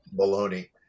Baloney